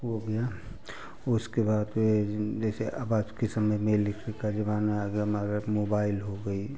वह गया उसके बाद फिर जैसे अब आज के समय में लिखने का ज़माना आ गया हमारा मोबाइल हो गई